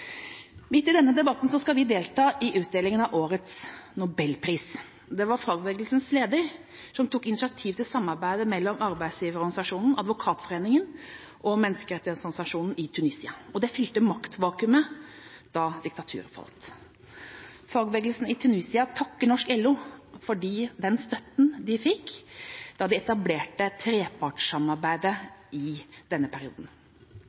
Midt i denne debatten skal vi delta i utdelinga av årets Nobelpris. Det var fagbevegelsens leder som tok initiativ til samarbeidet mellom arbeidsgiverorganisasjonen, advokatforeninga og menneskerettighetsorganisasjonen i Tunisia. Det fylte maktvakuumet da diktaturet falt. Fagbevegelsen i Tunisia takker norsk LO for støtten de fikk da de etablerte trepartssamarbeidet i denne perioden.